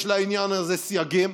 יש לעניין הזה סייגים,